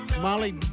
Molly